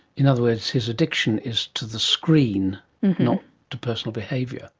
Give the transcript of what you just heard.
in other words, his addiction is to the screen, not to personal behaviour.